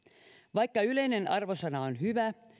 vaikka yleinen arvosana on hyvä